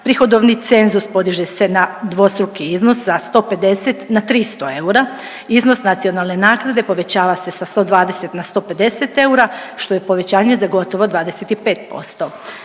prihodovni cenzus podiže se na dvostruki odnos sa 150 na 300 eura, iznos nacionalne naknade povećava se sa 120 na 150 eura što je povećanje za gotovo 25%.